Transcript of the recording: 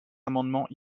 amendements